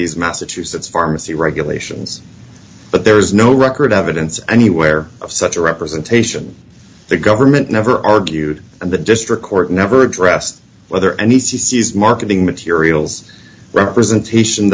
these massachusetts pharmacy regulations but there is no record evidence anywhere of such a representation the government never argued and the district court never addressed whether and he says marketing materials representation